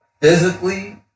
physically